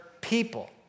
people